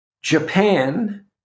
Japan